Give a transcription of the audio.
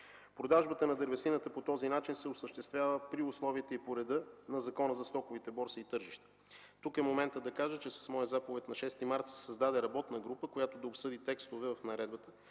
Продажбата на дървесината по този начин се осъществява при условията и по реда на Закона за стоковите борси и тържищата. Тук е моментът да кажа, че с моя заповед от 6 март тази година се създаде работна група, която да обсъди текстовете в наредбата,